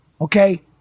Okay